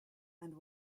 and